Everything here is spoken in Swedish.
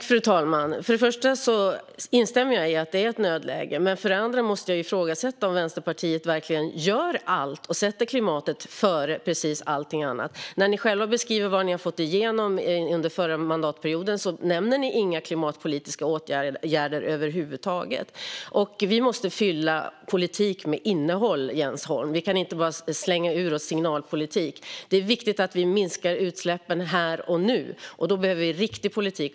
Fru talman! För det första instämmer jag i att det är ett nödläge. För det andra måste jag ifrågasätta om Vänsterpartiet verkligen gör allt och sätter klimatet före precis allting annat. När ni själva beskriver vad ni har fått igenom under den förra mandatperioden nämner ni inga klimatpolitiska åtgärder över huvud taget. Vi måste fylla politik med innehåll, Jens Holm. Vi kan inte bara slänga ur oss signalpolitik. Det är viktigt att vi minskar utsläppen här och nu, och då behöver vi riktig politik.